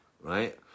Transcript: right